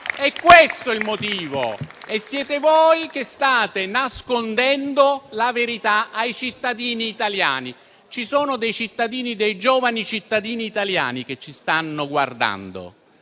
È questo il motivo e siete voi che state nascondendo la verità ai cittadini italiani. Ci sono giovani cittadini italiani che ci stanno guardando.